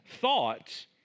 thoughts